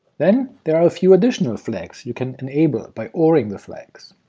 then there are a few additional flags you can enable by oring the flags.